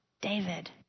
David